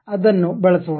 ಅದನ್ನು ಬಳಸೋಣ